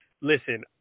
Listen